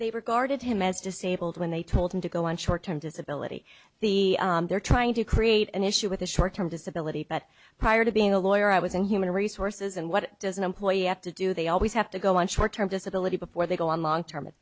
they regarded him as disabled when they told him to go on short term disability the they're trying to create an issue with the short term disability that prior to being a lawyer i was in human resources and what does an employee have to do they always have to go on short term disability before they go on long term